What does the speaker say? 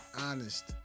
honest